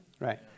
Right